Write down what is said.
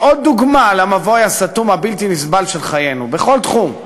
היא עוד דוגמה למבוי הסתום הבלתי-נסבל של חיינו בכל תחום,